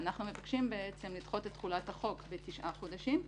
ואנחנו מבקשים לדחות את תחולת החוק בתשעה חודשים.